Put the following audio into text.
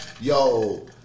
Yo